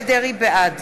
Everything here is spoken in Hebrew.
בעד